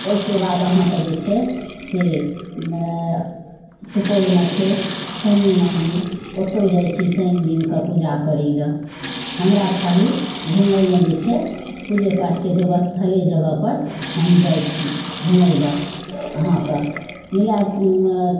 ओहिके बाद अहाँके जे छै से सुपौलमे छै शनि मन्दिर ओतौ जाइ छी शनि दिनकऽ पूजा करय लए हमरा खाली घुमय मे जे छै पूजे पाठके देवस्थले जगह पर हम जाइ छी घुमय ला अहाँकेॅं